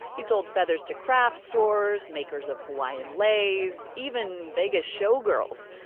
he sold feathers to craft stores, makers of hawaiian leis, even vegas show girls.